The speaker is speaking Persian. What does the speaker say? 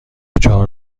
چهار